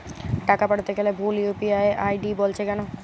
টাকা পাঠাতে গেলে ভুল ইউ.পি.আই আই.ডি বলছে কেনো?